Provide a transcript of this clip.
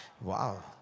wow